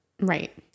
Right